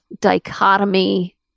dichotomy